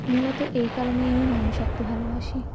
মূলত এই কারণেই আমি মানুষ আঁকতে ভালোবাসি